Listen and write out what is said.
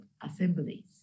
assemblies